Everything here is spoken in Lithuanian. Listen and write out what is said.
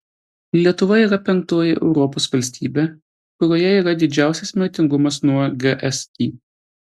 lietuva yra penktoji europos valstybė kurioje yra didžiausias mirtingumas nuo gsi